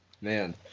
man